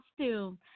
costume